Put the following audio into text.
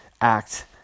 act